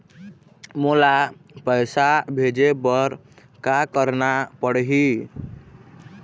मोला पैसा भेजे बर का करना पड़ही?